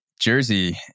Jersey